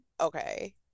Okay